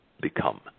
become